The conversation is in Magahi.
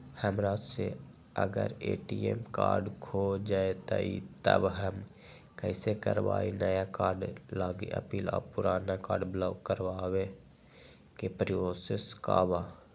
हमरा से अगर ए.टी.एम कार्ड खो जतई तब हम कईसे करवाई नया कार्ड लागी अपील और पुराना कार्ड ब्लॉक करावे के प्रोसेस का बा?